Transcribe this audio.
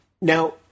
Now